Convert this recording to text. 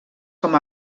com